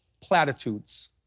platitudes